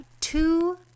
two